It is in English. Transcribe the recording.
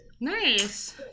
nice